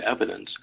evidence